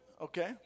okay